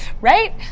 right